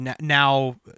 Now